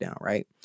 right